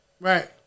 Right